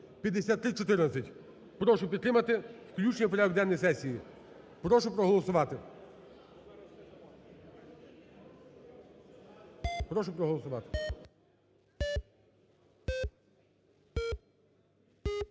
Прошу підтримати включення в порядок денний сесії. Прошу проголосувати.